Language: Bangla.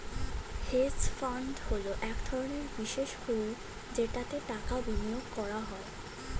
হেজ ফান্ড হলো এক ধরনের বিশেষ পুল যেটাতে টাকা বিনিয়োগ করা হয়